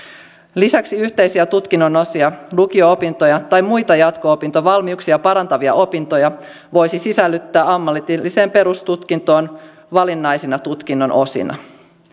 lisäksi yhteisiä tutkinnon osia lukio opintoja tai muita jatko opintovalmiuksia parantavia opintoja voisi sisällyttää ammatilliseen perustutkintoon valinnaisina tutkinnon osina